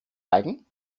eigen